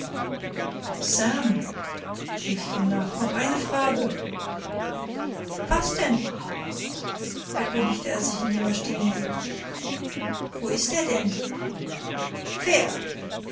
sam rief ich ihm nach noch eine frage was denn erkundigte er sich indem er stehen blieb wo ist er denn wer